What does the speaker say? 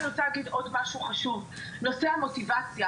אני רוצה להגיד עוד משהו חשוב נושא המוטיבציה.